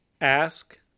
ask